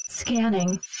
Scanning